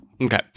Okay